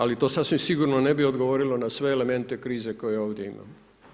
Ali to sasvim sigurno ne bi odgovorilo na sve elemente krize koje ovdje imamo.